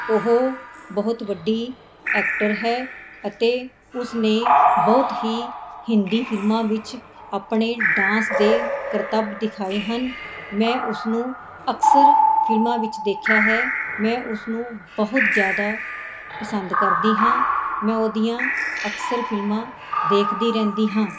ਉਹ ਬਹੁਤ ਵੱਡੀ ਐਕਟਰ ਹੈ ਅਤੇ ਉਸਨੇ ਬਹੁਤ ਹੀ ਹਿੰਦੀ ਫਿਲਮਾਂ ਵਿੱਚ ਆਪਣੇ ਡਾਂਸ ਦੇ ਕਰਤੱਵ ਦਿਖਾਏ ਹਨ ਮੈਂ ਉਸਨੂੰ ਅਕਸਰ ਫਿਲਮਾਂ ਵਿੱਚ ਦੇਖਿਆ ਹੈ ਮੈਂ ਉਸਨੂੰ ਬਹੁਤ ਜਿਆਦਾ ਪਸੰਦ ਕਰਦੀ ਹਾਂ ਮੈਂ ਉਹਦੀਆਂ ਅਕਸਰ ਫਿਲਮਾਂ ਦੇਖਦੀ ਰਹਿੰਦੀ ਹਾਂ